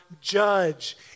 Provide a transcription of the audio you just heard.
judge